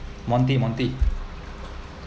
monty's monty's